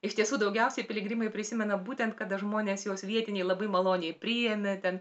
iš tiesų daugiausiai piligrimai prisimena būtent kad žmonės juos vietiniai labai maloniai priėmė ten